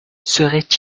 serait